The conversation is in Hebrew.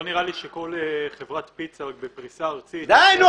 לא נראה לי שכל חברת פיצה בפריסה ארצית --- די,